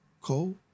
cold